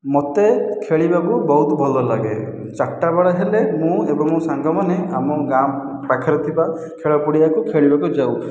ମୋତେ ଖେଳିବାକୁ ବହୁତ ଭଲଲାଗେ ଚାରିଟା ବେଳ ହେଲେ ମୁଁ ଏବଂ ମୋ' ସାଙ୍ଗମାନେ ଆମ ଗାଁ ପାଖରେ ଥିବା ଖେଳ ପଡ଼ିଆକୁ ଖେଳିବାକୁ ଯାଉ